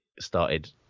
started